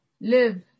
live